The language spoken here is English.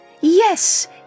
Yes